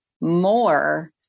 more